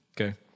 Okay